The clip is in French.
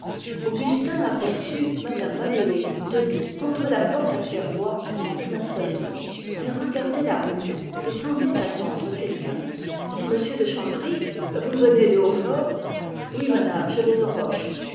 augustin aperçut mme manolé debout contre la porte à claire-voie en plein soleil elle regardait la route et semblait attendre quelqu'un monsieur de chanteprie vous venez de hautfort oui madame je vais aux